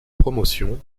promotion